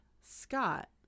Scott